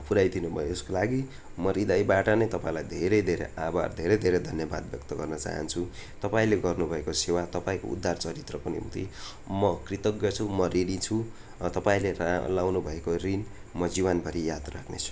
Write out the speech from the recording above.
पुर्याइ दिनुभयो यसको लागि म हृदयबाट नै तपाईँलाई धेरै आभार धेरै धेरै धन्यवाद व्यक्त गर्न चाहन्छु तपाईँको गर्नु भएको सेवा तपाईँको उदार चरित्रको निम्ति म कृतज्ञ छु म ऋणी छु तपाईँले रा लाउनु भएको ऋण म जीवनभरी याद राख्ने छु